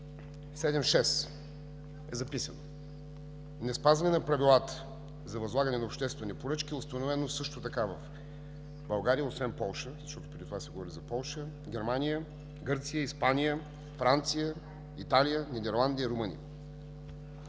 7.6 е записано: „Неспазване на правилата за възлагане на обществени поръчки е установено също така в България”, освен в Полша, защото преди това се говори за Полша – „в Германия, Гърция, Испания, Франция, Италия, Нидерландия, Румъния”.